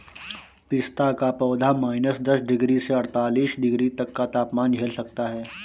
पिस्ता का पौधा माइनस दस डिग्री से अड़तालीस डिग्री तक का तापमान झेल सकता है